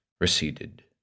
receded